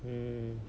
mm